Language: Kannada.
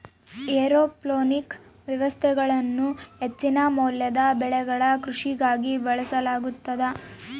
ಏರೋಪೋನಿಕ್ ವ್ಯವಸ್ಥೆಗಳನ್ನು ಹೆಚ್ಚಿನ ಮೌಲ್ಯದ ಬೆಳೆಗಳ ಕೃಷಿಗಾಗಿ ಬಳಸಲಾಗುತದ